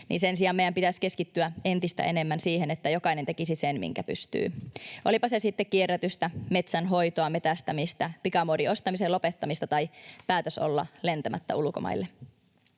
syyllistyin, meidän pitäisi keskittyä entistä enemmän siihen, että jokainen tekisi sen, minkä pystyy, olipa se sitten kierrätystä, metsänhoitoa, metsästämistä, pikamuodin ostamisen lopettamista tai päätös olla lentämättä ulkomaille.